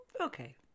Okay